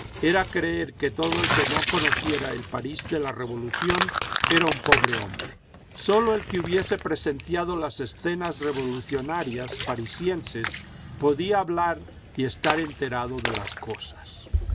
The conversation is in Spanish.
era creer que todo el que no conociera el parís de la revolución era un pobre hombre sólo el que hubiese presenciado las escenas revolucionarias parisienses podía hablar y estar enterado de las cosas